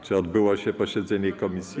Czy odbyło się posiedzenie komisji?